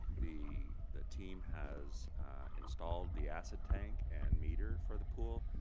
the the team has installed the acid tank and meter for the pool,